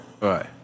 Right